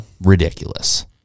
ridiculous